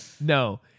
No